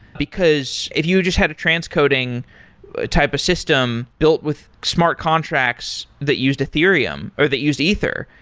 because if you just had a transcoding ah type of system built with smart contracts that used ethereum, or that used ether,